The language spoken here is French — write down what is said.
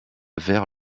vers